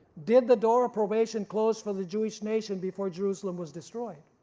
did the door of probation closed for the jewish nation before jerusalem was destroyed?